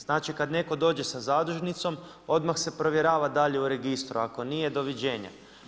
Znači kada netko dođe sa zadužnicom odmah se provjerava dalje u registru, ako nije doviđenja.